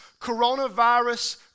coronavirus